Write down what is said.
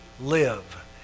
live